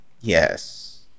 Yes